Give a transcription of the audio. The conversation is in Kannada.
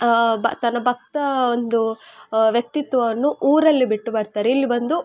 ಬ ತನ್ನ ಭಕ್ತ ಒದು ವ್ಯಕ್ತಿತ್ವವನ್ನು ಊರಲ್ಲಿ ಬಿಟ್ಟು ಬರ್ತಾರೆ ಇಲ್ಲಿ ಬಂದು